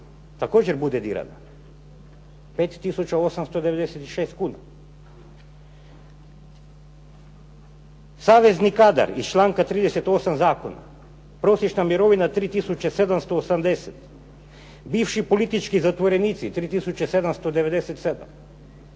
također bude dirana, 5 tisuća 896 kuna. Savezni kadar, iz članka 38. zakona prosječna mirovina 3 tisuće 780, bivši politički zatvorenici 3